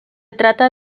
trata